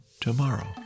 tomorrow